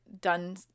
done